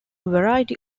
variety